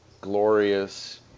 glorious